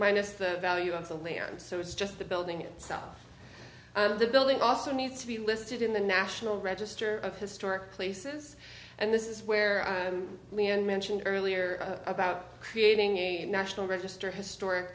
minus the value of the land so it's just the building itself the building also needs to be listed in the national register of historic places and this is where mentioned earlier about creating a national register historic